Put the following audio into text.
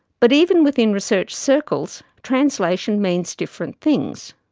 but even within research circles, translation means different things.